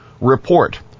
Report –